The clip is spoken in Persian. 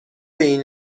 این